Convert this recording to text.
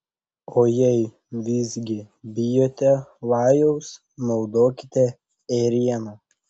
o jei visgi bijote lajaus naudokite ėrieną